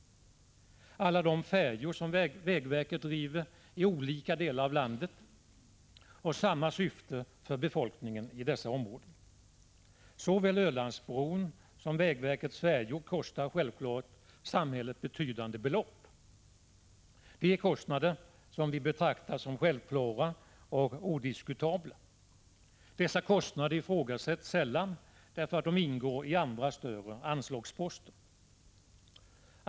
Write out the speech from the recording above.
1985/86:159 färjor som vägverket driver i olika delar av landet har samma syfte för 2juni 1986 befolkningen i dessa områden. Såväl Ölandsbron som vägverkets färjor kostar självfallet samhället betydande belopp. Det är kostnader som vi betraktar som självklara och odiskutabla. Dessa kostnader ifrågasätts sällan därför att de ingår i andra större anslagsposter.